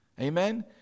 Amen